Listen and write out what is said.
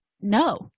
no